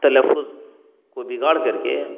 تلفظ کو بگاڑ کرکے